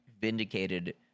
vindicated